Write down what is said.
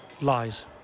Lies